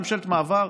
ממשלת מעבר,